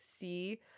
see